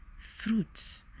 fruits